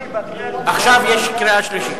עכשיו יש קריאה שלישית.